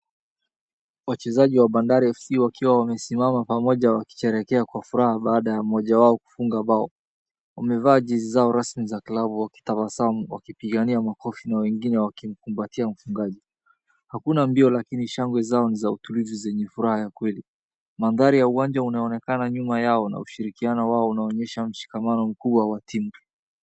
Wachezaji wa bandari FC wakiwa wamesimama pamoja wakisherehekea kwa furaha baada ya mmoja wao kufunga bao. Wamevaa jezi zao rasmi za klabu wakitabasamu wakipigania makofi na wengine wakimkumbatia mfungaji. Hakuna mbio lakini shangwe zao ni za utulivu zenye furaha ya kweli. Mandhari ya uwanja unaonekana nyuma yao na ushirikiano wao unaonyesha mshikamano mkubwa wa timu.